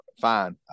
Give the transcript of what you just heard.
fine